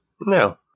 No